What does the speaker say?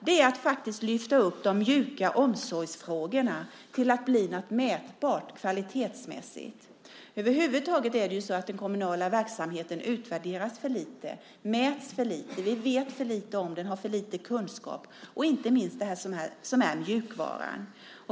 Det handlar om att lyfta upp de mjuka omsorgsfrågorna till att bli något mätbart kvalitetsmässigt. Över huvud taget utvärderas den kommunala verksamheten alltför lite. Den mäts för lite. Vi vet för lite om den och vi har för lite kunskap. Det gäller inte minst det som är mjukvaran.